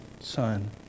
son